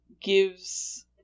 gives